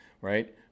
right